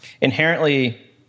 inherently